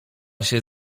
się